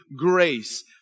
grace